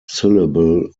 syllable